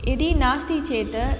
यदि नास्ति चेत्